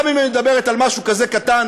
גם אם היא מדברת על משהו כזה קטן